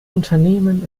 unternehmen